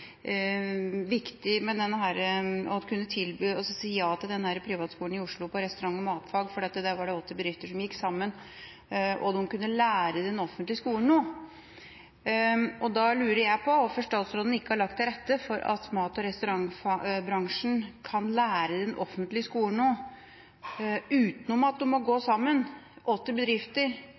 viktig å kunne si ja til privatskolen i Oslo på restaurant- og matfag, for der var det åtte bedrifter som gikk sammen, og de kunne lære den offentlige skolen noe. Da lurer jeg på hvorfor statsråden ikke har lagt til rette for at mat- og restaurantbransjen kan lære den offentlige skolen noe uten at åtte bedrifter må gå